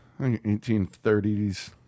1830s